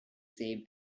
same